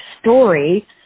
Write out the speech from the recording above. story